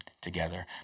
together